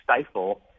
stifle